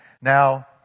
Now